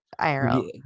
IRL